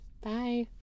Bye